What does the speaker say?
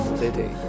city